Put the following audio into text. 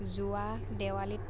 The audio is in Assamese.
যোৱা দেৱালীত